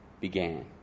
began